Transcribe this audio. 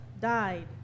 died